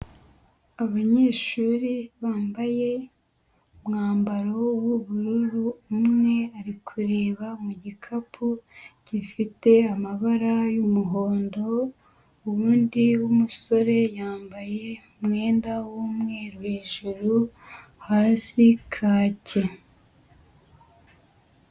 Abanyeshuri bambaye umwambaro w'ubururu, umwe ari kureba mu gikapu gifite amabara y'umuhondo, uwundi w'umusore yambaye umwenda w'umweru hejuru, hasi kake.